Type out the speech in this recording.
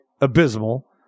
abysmal